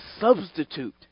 substitute